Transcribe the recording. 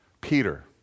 Peter